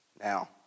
Now